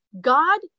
God